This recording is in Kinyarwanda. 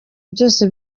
byose